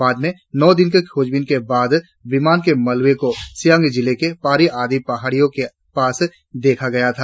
बाद में नौ दिनों तक खोजबीन के बाद विमान के मलबे को सियांग जिले के पारी आदि पहाड़ीयों के पास देखा गया था